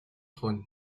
trône